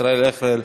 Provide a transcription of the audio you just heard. ישראל אייכלר,